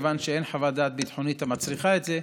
כיוון שאין חוות דעת ביטחונית המצריכה הזה,